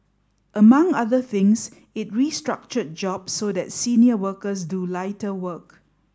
among other things it restructured jobs so that senior workers do lighter work